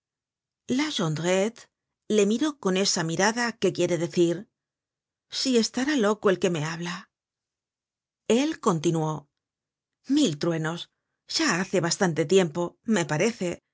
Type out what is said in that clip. la jondrette le miró con esa mirada que quiere decir si estará loco el que me habla él continuó mil truenos ya hace bastante tiempo me parece